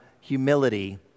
humility